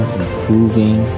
improving